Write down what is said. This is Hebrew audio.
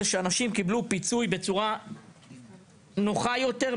שאנשים קיבלו פיצוי בצורה נוחה יותר,